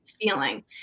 feeling